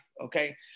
Okay